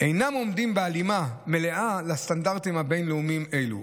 אינם עומדים בהלימה מלאה לסטנדרטים הבין-לאומיים אלו.